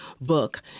book